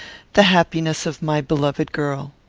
the happiness of my beloved girl.